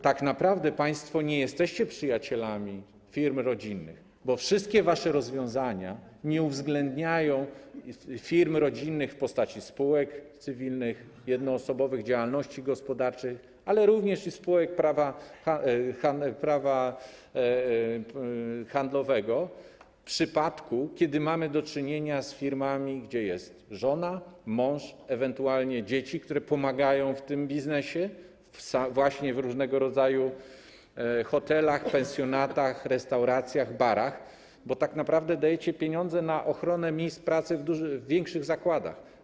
Tak naprawdę państwo nie jesteście przyjaciółmi firm rodzinnych, bo wszystkie wasze rozwiązania nie uwzględniają firm rodzinnych w postaci spółek cywilnych, jednoosobowych działalności gospodarczych, ale również spółek prawa handlowego, przypadków, kiedy mamy do czynienia z firmami, w których jest żona, mąż, ewentualnie dzieci, które pomagają w tym biznesie, właśnie w różnego rodzaju hotelach, pensjonatach, restauracjach, barach, bo tak naprawdę dajecie pieniądze na ochronę miejsc pracy w większych zakładach.